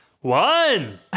One